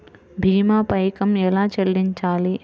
భీమా పైకం ఎలా చెల్లించాలి?